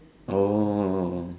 oh